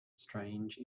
strange